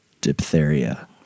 diphtheria